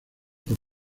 por